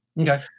Okay